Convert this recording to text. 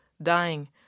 Dying